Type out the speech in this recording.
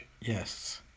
Yes